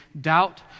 doubt